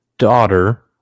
daughter